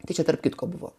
tai čia tarp kitko buvo